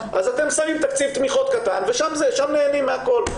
אז אתם שמים תקציב תמיכות קטן ושם נהנים מהכול.